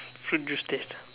fruit juice taster